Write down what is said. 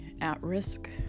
at-risk